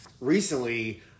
recently